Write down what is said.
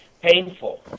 painful